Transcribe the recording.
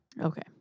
Okay